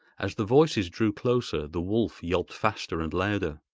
as the voices drew closer, the wolf yelped faster and louder.